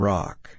Rock